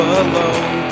alone